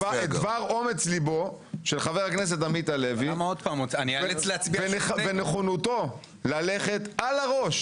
-- את דבר אומץ ליבו של חבר הכנסת עמית הלוי ונכונותו ללכת על הראש